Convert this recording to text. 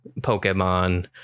Pokemon